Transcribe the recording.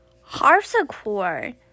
harpsichord